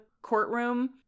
courtroom